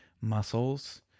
muscles